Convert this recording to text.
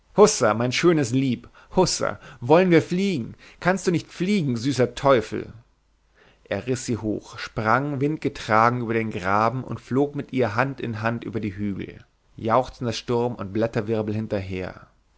mein schönes lieb hussa wollen wir fliegen kannst du nicht fliegen süßer teufel er riß sie hoch sprang windgetragen über den graben und flog mit ihr hand in hand über die hügel jauchzender sturm und blätterwirbel hinterher